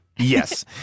Yes